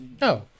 No